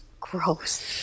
Gross